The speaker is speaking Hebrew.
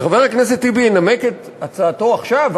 שחבר הכנסת טיבי ינמק את הצעתו עכשיו,